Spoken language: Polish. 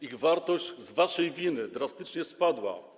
Ich wartość z waszej winy drastycznie spadła.